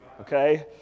Okay